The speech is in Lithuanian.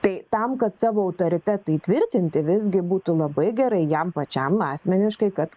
tai tam kad savo autoritetą įtvirtinti visgi būtų labai gerai jam pačiam asmeniškai kad